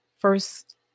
first